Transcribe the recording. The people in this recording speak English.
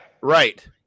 right